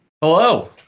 Hello